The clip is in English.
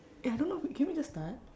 eh I don't know we can we just start